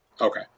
Okay